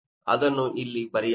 ಅದನ್ನು ಇಲ್ಲಿ ಬರೆಯಲಾಗಿದೆ